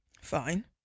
Fine